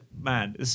man